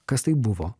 kas tai buvo